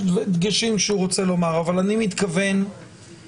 דגשים שהוא רוצה לומר אבל אני מתכוון בקרוב,